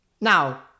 Now